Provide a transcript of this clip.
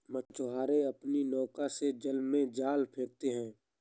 मछुआरे अपनी नौका से जल में जाल फेंकते हैं